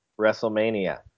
WrestleMania